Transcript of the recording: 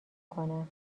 کنم